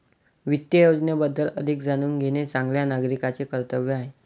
वित्त योजनेबद्दल अधिक जाणून घेणे चांगल्या नागरिकाचे कर्तव्य आहे